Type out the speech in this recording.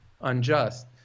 unjust